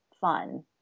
fun